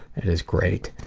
that is great.